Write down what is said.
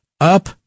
Up